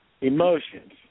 Emotions